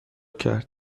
کرد